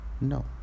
no